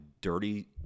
dirty